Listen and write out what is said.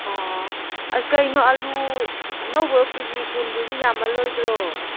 ꯑꯣ ꯀꯩꯅꯣ ꯑꯥꯜꯂꯨ ꯑꯅꯧꯕ ꯀꯦ ꯖꯤ ꯀꯨꯟꯗꯨꯗꯤ ꯌꯥꯝꯃꯜꯂꯣꯏꯗ꯭ꯔꯣ